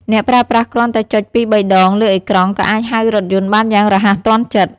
អ្នកប្រើប្រាស់គ្រាន់តែចុចពីរបីដងលើអេក្រង់ក៏អាចហៅរថយន្តបានយ៉ាងរហ័សទាន់ចិត្ត។